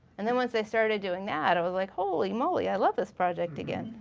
and then once i started doing that i was like holy moly, i love this project again.